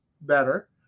better